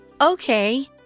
Okay